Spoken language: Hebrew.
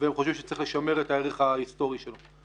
והם חושבים שצריך לשמר את הערך ההיסטורי שלו.